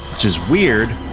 which is weird,